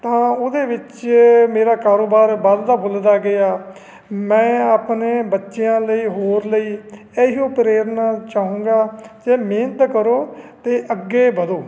ਤਾਂ ਉਹਦੇ ਵਿੱਚ ਮੇਰਾ ਕਾਰੋਬਾਰ ਵੱਧਦਾ ਫੁੱਲਦਾ ਗਿਆ ਮੈਂ ਆਪਨੇ ਬੱਚਿਆਂ ਲਈ ਹੋਰ ਲਈ ਇਹੀ ਓ ਪ੍ਰੇਰਨਾ ਚਾਹੂੰਗਾ ਜੇ ਮਿਹਨਤ ਕਰੋ ਤੇ ਅੱਗੇ ਵਧੋ